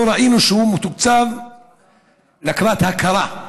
לא ראינו שהוא מתוקצב לקראת הכרה.